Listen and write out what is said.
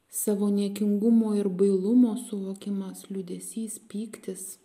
savo niekingumo ir bailumo suvokimas liūdesys pyktis